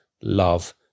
love